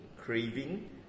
craving